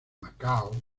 macao